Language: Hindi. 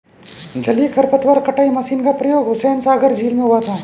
जलीय खरपतवार कटाई मशीन का प्रयोग हुसैनसागर झील में हुआ था